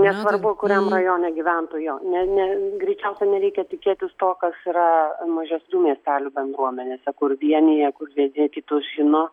nesvarbu kuriam rajone gyventų jo ne ne greičiausia nereikia tikėtis to kas yra mažesnių miestelių bendruomenėse kur vienija vieni kitus žino